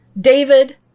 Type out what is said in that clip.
David